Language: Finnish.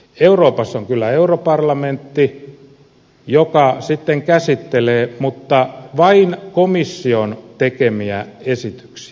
euroopassa on kyllä europarlamentti joka sitten käsittelee mutta vain komission tekemiä esityksiä